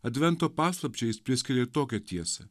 advento paslapčiai jis priskiria tokią tiesą